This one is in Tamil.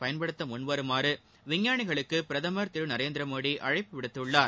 பயன்படுத்த முன்வருமாறு விஞ்ஞானிகளுக்கு பிரதமர் திரு நரேந்திர மோடி அழைப்பு விடுத்துள்ளார்